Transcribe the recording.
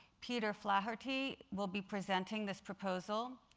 peter flaherty will be presenting this proposal.